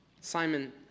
Simon